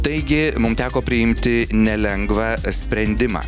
taigi mum teko priimti nelengvą sprendimą